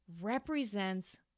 represents